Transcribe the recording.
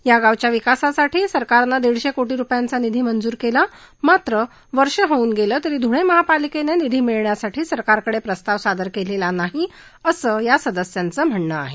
या गावांच्या विकासासाठी सरकारनं दीडशे कोपी रुपयांचा निधी मंजूर केला मात्र वर्ष होऊन गेले तरी ध्वळे महापालिकेनं निधी मिळावा म्हणून सरकारकडे प्रस्तावच सादर केलेला नाही असं या सदस्यांचं म्हणणं आहे